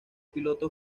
piloto